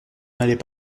n’allait